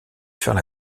faire